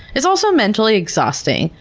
it's also mentally exhausting.